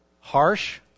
harsh